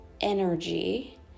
energy